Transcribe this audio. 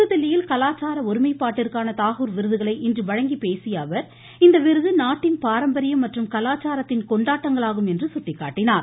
புதுதில்லியில் கலாச்சார ஒருமைப்பாட்டிற்கான தாகூர் விருதுகளை இன்று வழங்கி பேசிய அவர் இந்த விருது நாட்டின் பாரம்பாயம் மற்றும் கலாச்சாரத்தின் கொண்டாட்டங்களாகும் என்று சுட்டிக்காட்டினார்